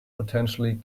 potentially